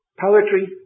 poetry